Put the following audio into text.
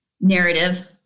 narrative